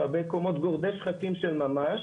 רבי קומות, גורדי שחקים של ממש.